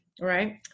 right